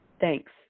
Thanks